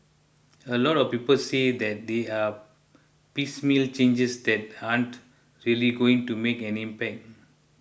a lot of people say that they are piecemeal changes that aren't really going to make an impact